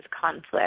conflict